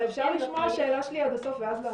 אפשר לשמוע את השאלה שלי עד הסוף ואז לענות?